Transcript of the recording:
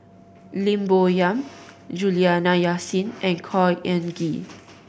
Lim Bo Yam Juliana Yasin and Khor Ean Ghee